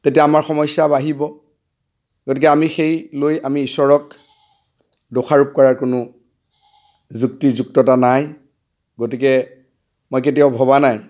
তেতিয়া আমাৰ সমস্যা বাঢ়িব গতিকে আমি সেই লৈ আমি ঈশ্বৰক দোষাৰোপ কৰাৰ কোনো যুক্তিযুক্ততা নাই গতিকে মই কেতিয়াও ভবা নাই